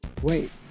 Wait